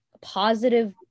positive